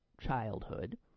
childhood